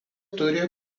turi